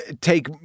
take